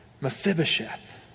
Mephibosheth